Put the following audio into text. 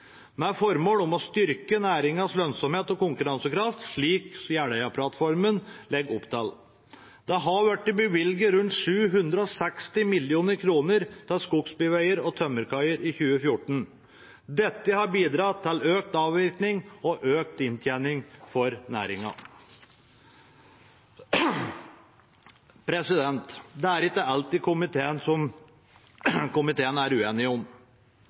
med formål om å styrke næringens lønnsomhet og konkurransekraft, slik Jeløya-plattformen legger opp til. Det har blitt bevilget rundt 760 mill. kr til skogsbilveier og tømmerkoier i 2014. Dette har bidratt til økt avvirkning og økt inntjening for næringen. Det er ikke alt komiteen er uenig om.